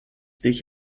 sich